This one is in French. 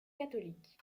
catholique